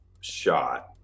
shot